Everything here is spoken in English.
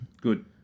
Good